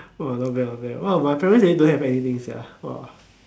!wah! not bad not bad !wah! my parents really don't have anything sia !wah!